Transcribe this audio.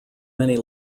many